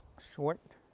short.